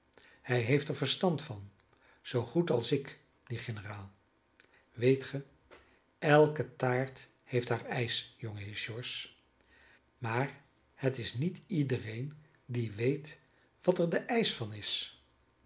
hij heeft er verstand van zoo goed als ik die generaal weet ge elke taart heeft haar eisch jongeheer george maar het is niet iedereen die weet wat er de eisch van is